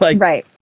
right